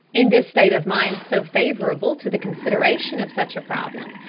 in this state of mind so favourable to the consideration of such a problem,